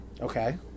Okay